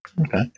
Okay